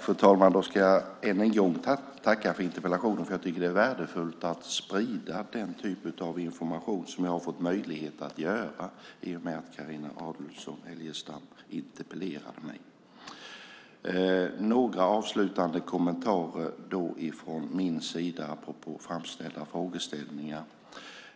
Fru talman! Jag tackar än en gång för interpellationen. Det är värdefullt att sprida den typ av information som jag har fått möjlighet att göra i och med att Carina Adolfsson Elgestam interpellerade mig. Jag har några avslutande kommentarer apropå framställda frågeställningar.